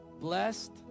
Blessed